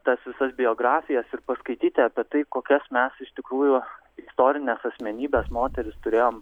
tas visas biografijas ir paskaityti apie tai kokias mes iš tikrųjų istorines asmenybes moteris turėjom